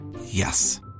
Yes